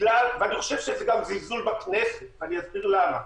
אני חושב שזה גם זלזול בכנסת, ואסביר למה.